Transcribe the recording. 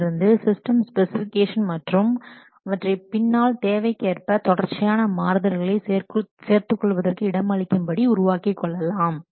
அதிலிருந்து system specification மற்றும் அவற்றை பின்னால் தேவைக்கேற்ப தொடர்ச்சியான மாறுதல்களை சேர்த்துக் கொள்வதற்கு இடம் அளிக்கும் படி உருவாக்கிக் கொள்ளலாம்